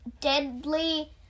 deadly